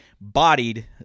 bodied